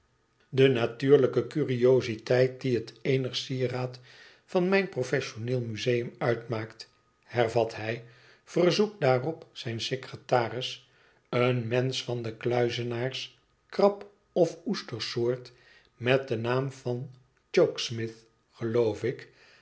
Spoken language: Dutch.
de natuurlijke curiositeit die het eenige sieraad van mijn professioneel museum uitmaakt hervat hij i verzoekt daarop zijn secretaris een mensch van de kluizenaars krab of oestersoort met den naam van chokesmith geloof ik